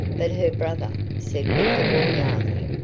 but her brother, said winterbourne, laughing,